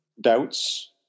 doubts